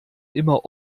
immer